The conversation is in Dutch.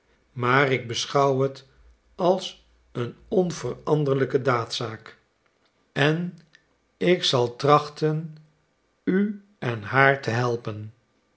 maar ik beschouw het als een onveranderlijke daadzaak en ik zal trachten u en haar te helpen